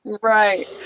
right